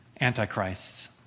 antichrists